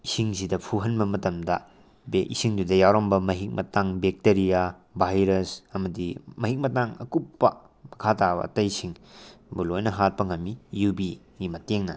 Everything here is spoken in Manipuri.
ꯏꯁꯤꯡꯁꯤꯗ ꯐꯨꯍꯟꯕ ꯃꯇꯝꯗ ꯏꯁꯤꯡꯗꯨꯗ ꯌꯥꯎꯔꯝꯕ ꯃꯍꯤꯛ ꯃꯅꯥꯡ ꯕꯦꯛꯇꯔꯤꯌꯥ ꯚꯥꯏꯔꯁ ꯑꯃꯗꯤ ꯃꯍꯤꯛ ꯃꯇꯥꯡ ꯑꯀꯨꯞꯄ ꯃꯈꯥ ꯇꯥꯕ ꯑꯇꯩꯁꯤꯡꯕꯨ ꯂꯣꯏꯅ ꯍꯥꯠꯄ ꯉꯝꯃꯤ ꯌꯨꯚꯤꯒꯤ ꯃꯇꯦꯡꯅ